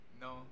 No